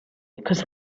because